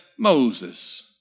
Moses